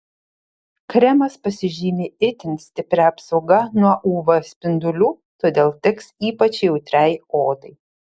kremas pasižymi itin stipria apsauga nuo uv spindulių todėl tiks ypač jautriai odai